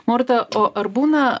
morta o ar būna